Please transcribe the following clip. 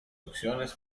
opciones